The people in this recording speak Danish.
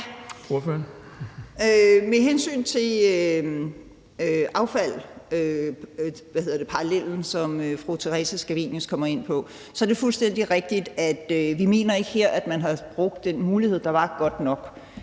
Med hensyn til affaldsparallellen, som fru Theresa Scavenius kommer ind på, så er det fuldstændig rigtigt, at vi her ikke mener, at man har brugt den mulighed, der var, godt nok.